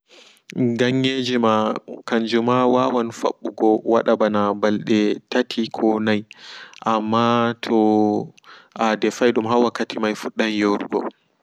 Ganye jima kanjuma wawan faɓɓugo wada ɓan ɓalde tati ko nai amma toa defaidum hawakkatimai fuddan yorugo.